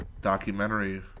documentary